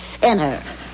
sinner